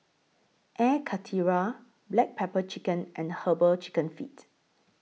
Air Karthira Black Pepper Chicken and Herbal Chicken Feet